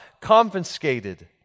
confiscated